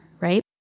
right